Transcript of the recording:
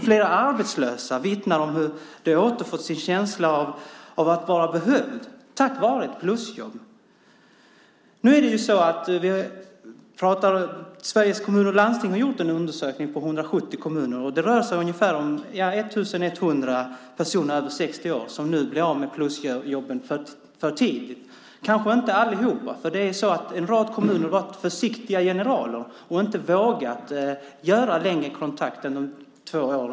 Flera arbetslösa vittnar om hur de tack vare ett plusjobb har återfått sin känsla av att vara behövda. Sveriges Kommuner och Landsting har gjort en undersökning på 170 kommuner. Det rör sig om ungefär 1 100 personer över 60 år som nu blir av med plusjobben för tidigt. Det kanske inte gäller alla. En rad kommuner har varit försiktiga generaler och inte vågat skriva längre kontrakt än två år.